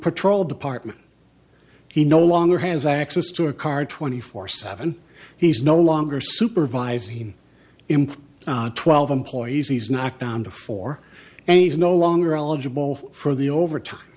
patrol department he no longer has access to a car twenty four seven he's no longer supervising him twelve employees he's knocked down before and he's no longer eligible for the overtime